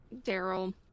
Daryl